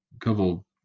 couple